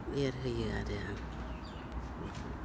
एरहोयो आरो आं फुलखौ